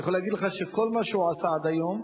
אני יכול להגיד לך שכל מה שהוא עשה עד היום,